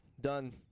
Done